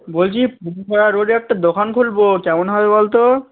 বলছি পূর্বপাড়া রোডে একটি দোকান খুলব কেমন হবে বলতো